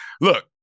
look